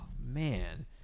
man